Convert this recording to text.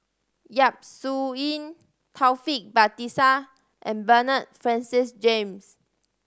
Yap Su Yin Taufik Batisah and Bernard Francis James